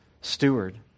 steward